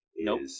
Nope